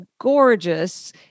gorgeous